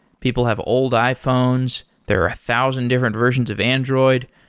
people have old iphones, there are a thousand different versions of android.